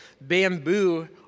bamboo